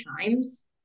times